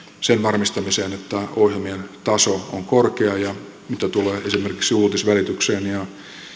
sen varmistamiseen että ohjelmien taso on korkea ja mitä tulee esimerkiksi uutisvälitykseen ja